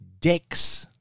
DeX